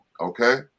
Okay